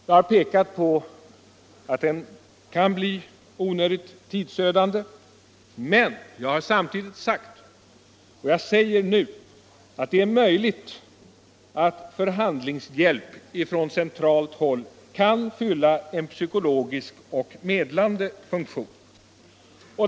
Jag har pekat på att den kan bli onödigt tidsödande, men jag har samtidigt sagt och säger nu att det är möjligt att förhandlingshjälp från centralt håll kan fylla en psykologisk och medlande funktion.